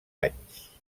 anys